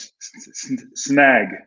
Snag